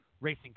racing